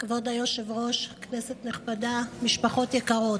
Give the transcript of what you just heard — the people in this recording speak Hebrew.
כבוד היושב-ראש, כנסת נכבדה, משפחות יקרות,